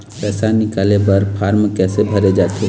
पैसा निकाले बर फार्म कैसे भरे जाथे?